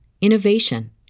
innovation